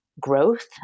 Growth